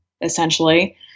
essentially